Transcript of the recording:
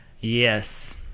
Yes